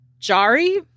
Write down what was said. Jari